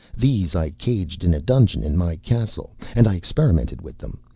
these i caged in a dungeon in my castle, and i experimented with them.